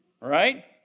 right